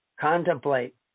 Contemplate